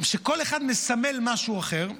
שכל אחד מסמל משהו אחר: